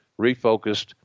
refocused